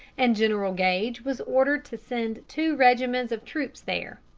and general gage was ordered to send two regiments of troops there.